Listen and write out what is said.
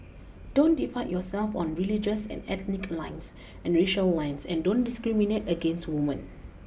don't divide yourself on religious and ethnic lines and racial lines and don't discriminate against women